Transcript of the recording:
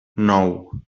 nou